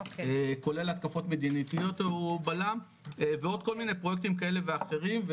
כולל התקפות מדינתיות הוא בלם ועוד כל מיני פרויקטים כאלה ואחרים.